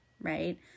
right